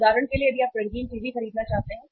उदाहरण के लिए यदि आप रंगीन टीवी खरीदना चाहते हैं